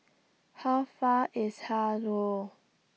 How Far IS Har Row